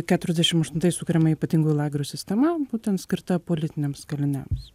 keturiasdešimt aštuntais sukuriama ypatingųjų lagerių sistema būtent skirta politiniams kaliniams